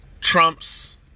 trumps